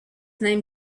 name